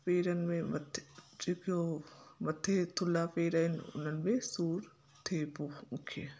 पेरनि में मथे अचे पियो मथे थुल्हा पेर आहिनि उन्हनि में सूर थिए पोइ मूंखे